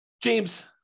James